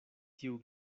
tiu